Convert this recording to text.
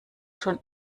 schon